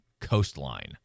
coastline